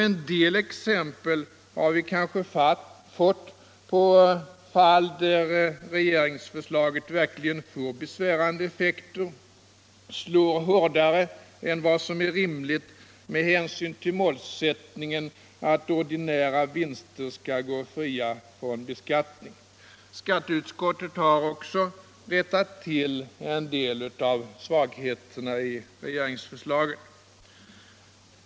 En del exempel har kanske visat att regeringsförslaget verkligen får besvärande effekter och slår hårdare än vad som är rimligt med hänsyn till målsättningen att ordinära vinster skall gå fria från beskattning. Skatteutskottet har också rättat till en del av svagheterna i regeringsförslaget.